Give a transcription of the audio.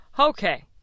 Okay